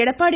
Edappadi